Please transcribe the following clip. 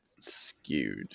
skewed